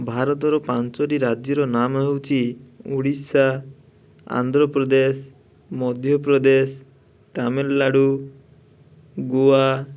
ଭାରତର ପାଞ୍ଚଟି ରାଜ୍ୟର ନାମ ହେଉଛି ଓଡ଼ିଶା ଆନ୍ଧ୍ରପ୍ରଦେଶ ମଧ୍ୟପ୍ରଦେଶ ତାମିଲନାଡ଼଼ୁ ଗୋଆ